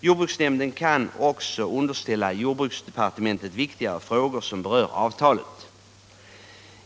Jordbruksnämnden kan också underställa jordbruksdepartementet viktiga frågor som berör avtalet.